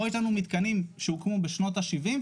פה יש לנו מתקנים שהוקמו בשנות ה-70,